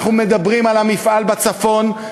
אנחנו מדברים על המפעל בצפון,